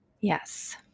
Yes